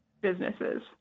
businesses